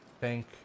thank